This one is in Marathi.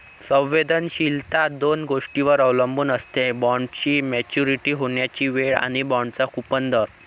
संवेदनशीलता दोन गोष्टींवर अवलंबून असते, बॉण्डची मॅच्युरिटी होण्याची वेळ आणि बाँडचा कूपन दर